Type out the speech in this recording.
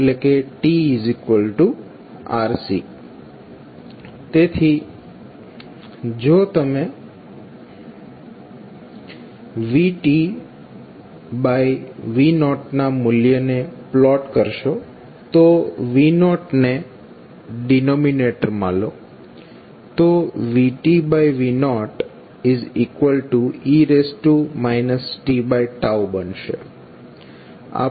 તેથી જો તમે vV0 ના મૂલ્યને પ્લોટ કરશો જો V0 ને ડિનોમિનેટર માં લો તો vV0e tબનશે